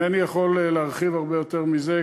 אינני יכול להרחיב הרבה יותר מזה,